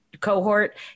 cohort